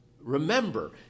Remember